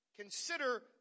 consider